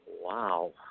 Wow